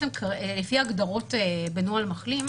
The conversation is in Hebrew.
לפי ההגדרות בנוהל מחלים,